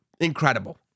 incredible